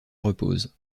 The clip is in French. reposent